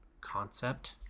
concept